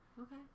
okay